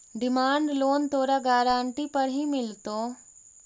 demand loan तोरा guarantee पर ही मिलतो